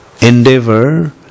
endeavor